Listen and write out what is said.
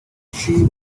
she